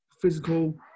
physical